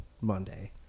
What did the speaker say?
Monday